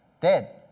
dead